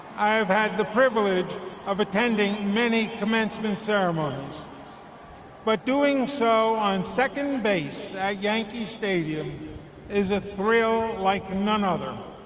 i have had the privilege of attending many commencement ceremonies but doing so on second base at yankee stadium is a thrill like none other.